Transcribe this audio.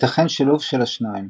ייתכן שילוב של השניים,